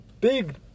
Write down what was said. Big